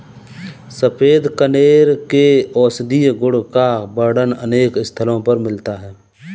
सफेद कनेर के औषधीय गुण का वर्णन अनेक स्थलों पर मिलता है